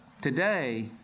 today